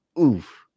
Oof